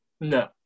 no